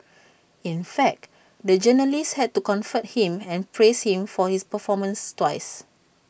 in fact the journalist had to comfort him and praise him for his performance twice